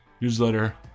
Newsletter